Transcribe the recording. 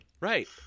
Right